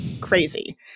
crazy